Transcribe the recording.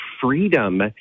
freedom